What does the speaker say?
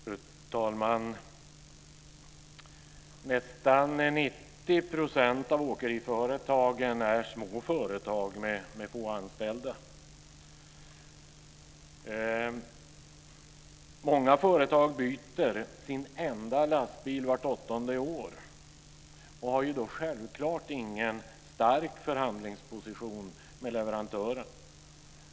Fru talman! Nästan 90 % av åkeriföretagen är små företag, med få anställda. Många företag byter sin enda lastbil vart åttonde år och har då självklart ingen stark förhandlingsposition mot leverantören.